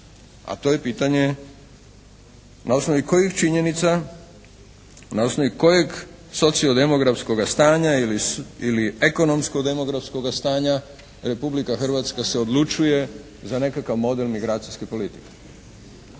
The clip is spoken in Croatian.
a to je pitanje na osnovi kojih činjenica, na osnovi kojeg sociodemografskoga stanja ili ekonomskodemografskoga stanja Republika Hrvatska se odlučuje za nekakav model migracijske politike.